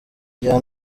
iya